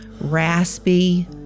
raspy